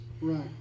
Right